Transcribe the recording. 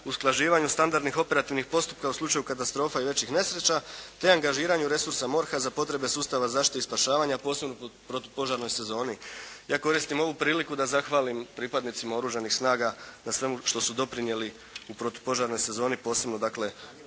usklađivanju standardnih operativnih postupka u slučaju katastrofa i većih nesreća, te angažiranju resursa MORH-a za potrebe sustava zaštite i spašavanja posebno u protu požarnoj sezoni. Ja koristim ovu priliku da zahvalim pripadnicima Oružanih snaga na svemu što su doprinijeli u protu požarnoj sezoni posebno dakle